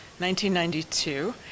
1992